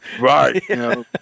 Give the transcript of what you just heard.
Right